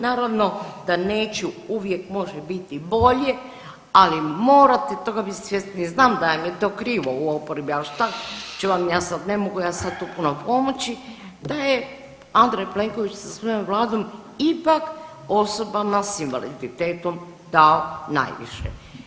Naravno da neću, uvijek može biti bolje, ali morate toga biti svjesni, znam da vam je to krivo u oporbi, ali šta ću vam ja sad, ne mogu ja sad tu puno pomoći, da je Andrej Plenković sa svojom Vladom ipak osobama s invaliditetom dao najviše.